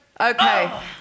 okay